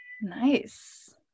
Nice